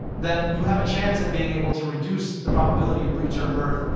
then you have a chance of being able to reduce the probability of pre-term birth,